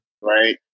right